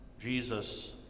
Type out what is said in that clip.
Jesus